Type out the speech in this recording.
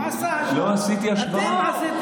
הוא לא עשה השוואה, אתם עשיתם.